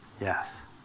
Yes